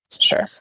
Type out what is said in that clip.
Sure